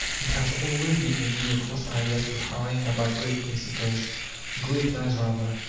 it has always been the middle-class idea to harangue about great principles great lies rather!